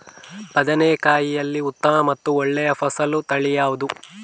ಬದನೆಕಾಯಿಯಲ್ಲಿ ಉತ್ತಮ ಮತ್ತು ಒಳ್ಳೆಯ ಫಸಲು ತಳಿ ಯಾವ್ದು?